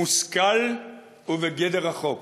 מושכל ובגדר החוק.